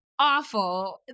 awful